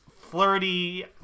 flirty